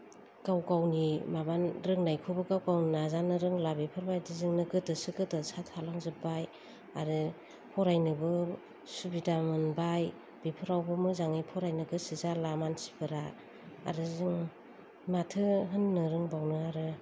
गाव गावनि माबा रोंनायखौबो गाव गाव नाजानो रोंला बेफोरबादिजोंनो गोदोसो गोदोसा थालांजोब्बाय आरो फरायनोबो सुबिदा मोनबाय बेफोरावबो मोजाङै फरायनो गोसो जाला मानसिफोरा आरो जों माथो होननो रोंबावनो आरो